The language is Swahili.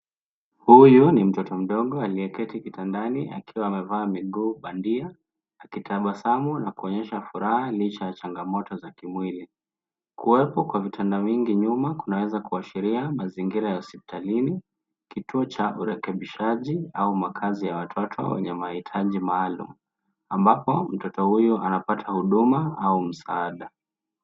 Huyo ni mtoto mdogo aliyeketi kitandani akiwa amevaa miguu bandia akitabasamu na kuonyesha furaha licha ya changamoto za kimwili. Kuwepo kwa vitanda mingi nyuma kunaweza kuashiria mazingira ya hospitalini, kituo cha urekebishaji au makazi ya watoto wenye mahitaji maalum ambapo mtoto huyu anapata huduma au msaada.